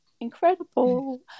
incredible